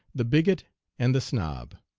the bigot and the snob